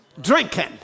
Drinking